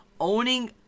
owning